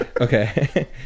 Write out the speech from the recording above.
okay